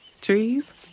Trees